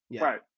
Right